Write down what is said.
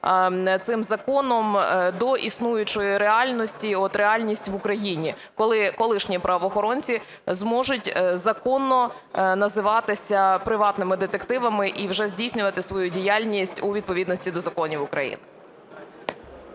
цим законом до існуючої реальності. І от реальність в Україні, коли колишні правоохоронці зможуть законно називатися приватними детективами і вже здійснювати свою діяльність у відповідності до законів України.